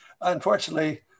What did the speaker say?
Unfortunately